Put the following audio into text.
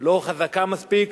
לא חזקה מספיק,